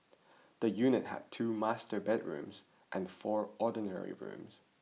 the unit had two master bedrooms and four ordinary rooms